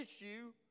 issue